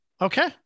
Okay